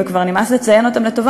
וכבר נמאס לציין אותן לטובה,